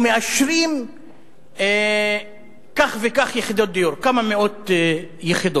או מאשרים כך וכך יחידות דיור, כמה מאות יחידות,